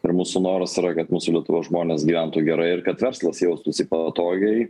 ir mūsų noras yra kad mūsų lietuvos žmonės gyventų gerai ir kad verslas jaustųsi patogiai